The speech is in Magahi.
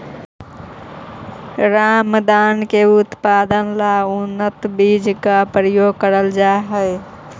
रामदाना के उत्पादन ला उन्नत बीज का प्रयोग करल जा हई